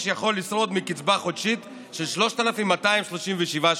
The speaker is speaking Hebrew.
יכול לשרוד מקצבה חודשית של 3,237 שקלים?